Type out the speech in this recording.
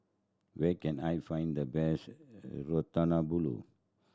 where can I find the best Ratatouille